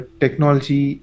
technology